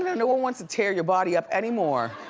no one wants to tear your body up anymore.